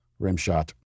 Rimshot